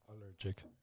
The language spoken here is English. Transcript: allergic